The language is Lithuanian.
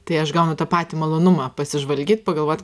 tai aš gaunu tą patį malonumą pasižvalgyt pagalvot